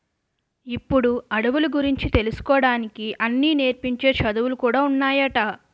ఇప్పుడు అడవుల గురించి తెలుసుకోడానికి అన్నీ నేర్పించే చదువులు కూడా ఉన్నాయట